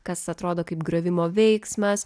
kas atrodo kaip griovimo veiksmas